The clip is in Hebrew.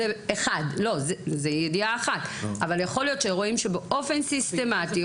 זאת ידיעה אחת אבל יכול להיות שרואים שבאופן סיסטמתי,